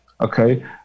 okay